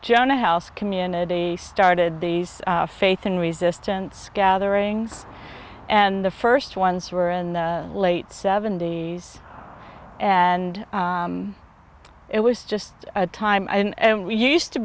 gena house community started these faith and resistance gatherings and the first ones were in the late seventy's and it was just a time and we used to